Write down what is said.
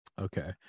Okay